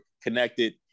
connected